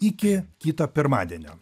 iki kito pirmadienio